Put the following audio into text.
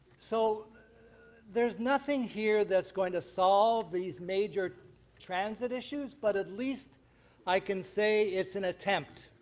so there's nothing here that's going to solve these major transit issues, but at least i can say it's an attempt.